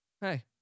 Hey